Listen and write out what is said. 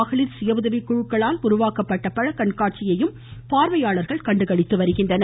மகளிர் சுய உதவிக்குழுக்களால் உருவாக்கப்பட்ட பழக்கண்காட்சியையும் பார்வையாளர்கள் கண்டுகளித்து வருகின்றனர்